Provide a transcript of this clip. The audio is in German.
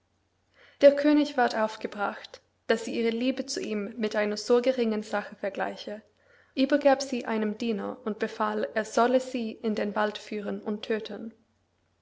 der könig ward aufgebracht daß sie ihre liebe zu ihm mit einer so geringen sache vergleiche übergab sie einem diener und befahl er solle sie in den wald führen und tödten